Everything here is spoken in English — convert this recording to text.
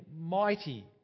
mighty